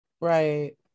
Right